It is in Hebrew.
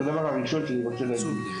זה הדבר הראשון שאני רוצה להגיד.